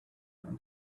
from